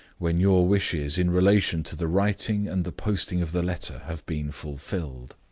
when your wishes in relation to the writing and the posting of the letter have been fulfilled.